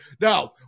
Now